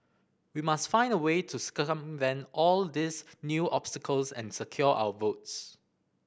we must find a way to circumvent all these new obstacles and secure our votes